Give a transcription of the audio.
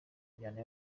njyana